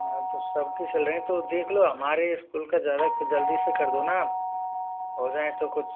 हाँ तो सबके सिल रहें तो देख लो हमारे स्कूल का ज़रा जल्दी से कर दो ना आप हो जाएं तो कुछ